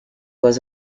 was